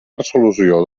resolució